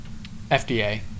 FDA